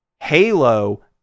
halo